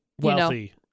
Wealthy